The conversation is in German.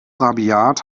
rabiat